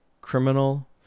criminal